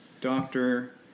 doctor